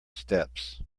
steps